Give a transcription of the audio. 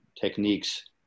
techniques